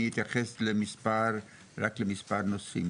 אתייחס רק למספר נושאים.